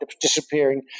disappearing